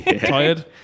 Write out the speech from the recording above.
Tired